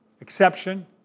exception